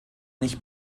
nicht